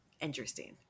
interesting